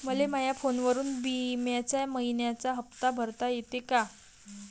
मले माया फोनवरून बिम्याचा मइन्याचा हप्ता भरता येते का?